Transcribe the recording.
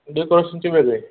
डेकोरेशनची वेगळी आहे